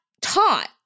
taught